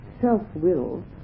self-will